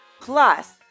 Plus